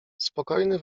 spokojny